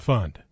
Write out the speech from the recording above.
Fund